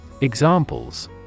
Examples